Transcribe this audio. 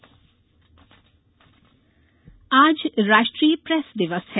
press दिवस आज राष्ट्रीय प्रेस दिवस है